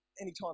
anytime